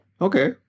Okay